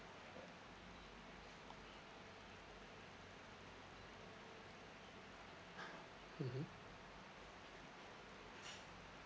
mmhmm